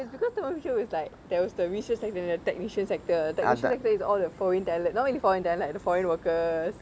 but it's because thermo fisher was like there was the research and the technician sector technician sector is all the foreign talent not really foreign talent like the foreign workers